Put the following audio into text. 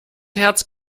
herz